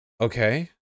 Okay